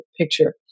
picture